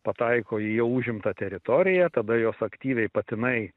pataiko į jau užimtą teritoriją tada jos aktyviai patinai